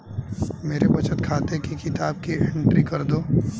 मेरे बचत खाते की किताब की एंट्री कर दो?